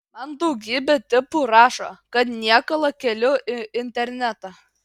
man daugybė tipų rašo kad niekalą keliu į internetą